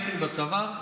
הייתי בצבא,